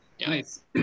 Nice